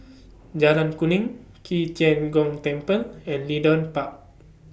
Jalan Kuning Qi Tian Gong Temple and Leedon Park